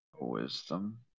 Wisdom